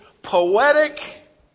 Poetic